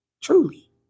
Truly